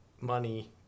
money